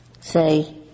say